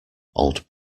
old